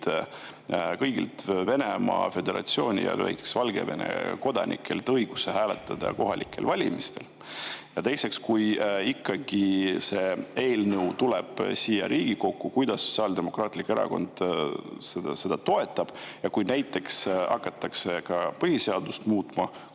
kõigilt Venemaa Föderatsiooni ja näiteks ka Valgevene kodanikelt õiguse hääletada kohalikel valimistel? Ja teiseks: kui ikkagi see eelnõu tuleb siia Riigikokku, kas Sotsiaaldemokraatlik Erakond toetab seda? Ja kui hakatakse ka põhiseadust muutma,